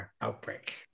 outbreak